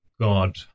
god